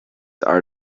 are